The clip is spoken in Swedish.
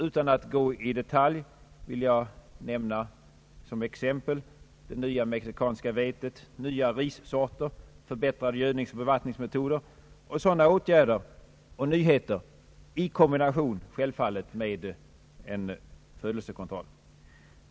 Utan att gå in i detalj vill jag nämna som exempel det nya mexikanska vetet, nya rissorier, förbättrade gödningsoch bevattningsmetoder och andra nyheter, självfallet i kombination med födelsekontroll.